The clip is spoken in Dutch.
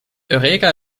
eureka